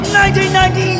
1990